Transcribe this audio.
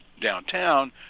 downtown